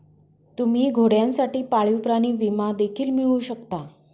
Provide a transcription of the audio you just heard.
तुम्ही घोड्यांसाठी पाळीव प्राणी विमा देखील मिळवू शकता